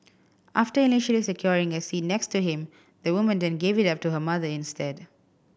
after initially securing a seat next to him the woman then gave it up to her mother instead